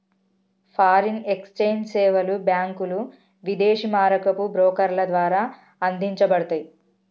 foreign exchange సేవలు బ్యాంకులు, విదేశీ మారకపు బ్రోకర్ల ద్వారా అందించబడతయ్